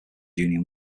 union